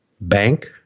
bank